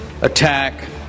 attack